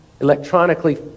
electronically